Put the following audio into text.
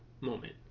moment